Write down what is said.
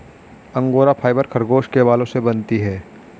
angora fibre खरगोश के बालों से बनती है